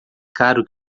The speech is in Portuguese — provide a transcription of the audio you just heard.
caro